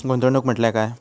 गुंतवणूक म्हटल्या काय?